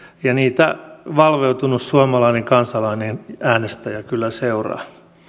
ja niitä valveutunut suomalainen kansalainen äänestäjä kyllä seuraa